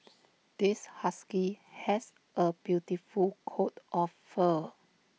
this husky has A beautiful coat of fur